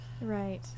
right